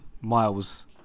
miles